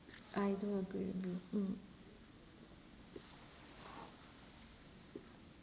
I do agree agree mm